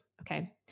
Okay